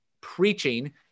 preaching